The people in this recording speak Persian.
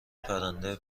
پرنده